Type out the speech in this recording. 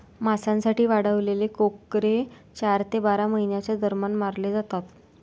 मांसासाठी वाढवलेले कोकरे चार ते बारा महिन्यांच्या दरम्यान मारले जातात